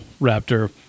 raptor